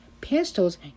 Pistols